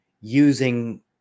using